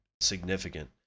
significant